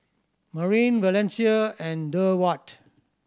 Marin Valencia and Durward